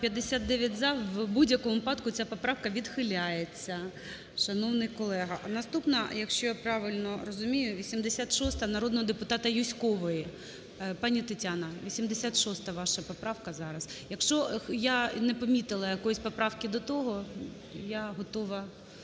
За-59 В будь-якому випадку ця поправку відхиляється, шановний колего. А наступна, якщо я правильно розумію, 86-а народного депутата Юзькової. Пані Тетяна, 86 ваша поправка зараз. Якщо я не помітила якоїсь поправки до того, я готова